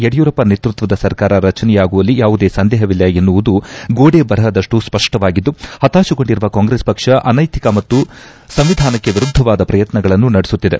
ಯಡಿಯೂರಪ್ಪ ನೇತೃತ್ವದ ಸರ್ಕಾರ ರಚನೆಯಾಗುವಲ್ಲಿ ಯಾವುದೇ ಸಂದೇಹವಿಲ್ಲ ಎನ್ನುವುದು ಗೋಡೆ ಬರಹದಪ್ಪು ಸ್ಪಷ್ಟವಾಗಿದ್ದು ಹತಾಶಗೊಂಡಿರುವ ಕಾಂಗ್ರೆಸ್ ಪಕ್ಷ ಅನೈತಿಕ ಮತ್ತು ಸಂವಿಧಾನಕ್ಕೆ ವಿರುದ್ಧವಾದ ಪ್ರಯತ್ನಗಳನ್ನು ನಡೆಸುತ್ತಿದೆ